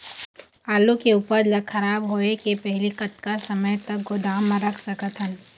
आलू के उपज ला खराब होय के पहली कतका समय तक गोदाम म रख सकत हन?